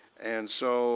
and so